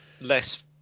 less